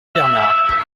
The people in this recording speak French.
bernard